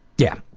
yeah,